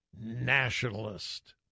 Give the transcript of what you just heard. nationalist